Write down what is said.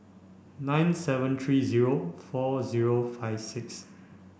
nine seven three zero four zero five six